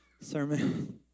sermon